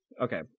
Okay